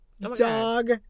Dog